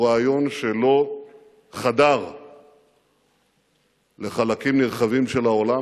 הוא רעיון שלא חדר לחלקים נרחבים של העולם,